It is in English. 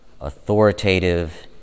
authoritative